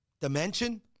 dimension